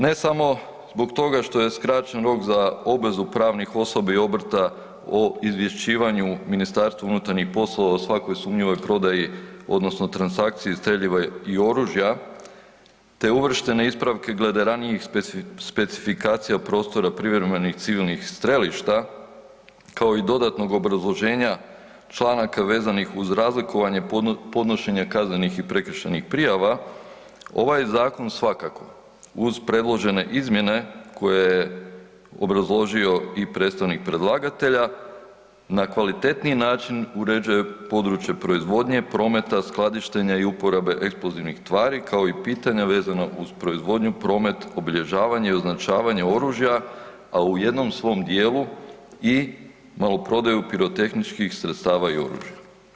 Ne samo zbog toga što je skraćen rok za obvezu pravnih osobi i obrta o izvješćivanju Ministarstva unutarnjih poslova o svakoj sumnjivoj prodaji odnosno transakciji streljiva i oružja te uvrštene ispravke glede ranijih specifikaciji prostora privremenih civilnih strelišta kao i dodatnog obrazloženja članaka vezanih uz razlikovanje podnošenje kaznenih i prekršajnih prijava, ovaj zakon svakako uz predložene izmjene koje je obrazložio i predstavnik predlagatelja na kvalitetniji način uređuje područje proizvodnje, prometa, skladištenja i uporabe eksplozivnih tvari, kao i pitanja vezana uz proizvodnju, promet, obilježavanje i označavanje oružja, a u jednom svom dijelu i maloprodaju pirotehničkih sredstava i oružja.